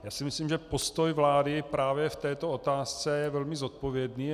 Já si myslím, že postoj vlády právě v této otázce je velmi zodpovědný.